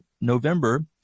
November